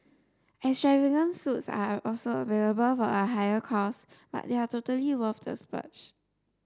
extravagant suites are also available for a higher cost but they are totally worth the splurge